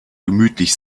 gemütlich